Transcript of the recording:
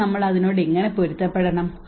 അപ്പോൾ നമ്മൾ അതിനോട് എങ്ങനെ പൊരുത്തപ്പെടണം